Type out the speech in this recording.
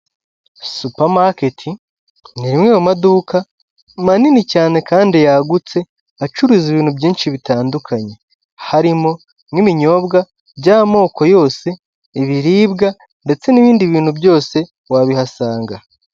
Supamaketi ni rimwe mu maduka manini cyane kandi yagutse acuruza ibintu byinshi bitandukanye, harimo n'ibinyobwa by'amoko yose, ibiribwa ndetse n'ibindi bintu byose wabihasanga.